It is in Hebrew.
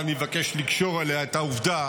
אבל אני מבקש לקשור אליה את העובדה